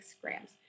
grams